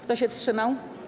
Kto się wstrzymał?